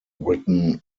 written